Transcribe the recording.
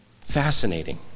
Fascinating